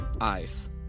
ice